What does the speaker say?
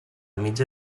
mitja